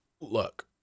Look